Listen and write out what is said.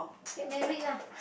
get married lah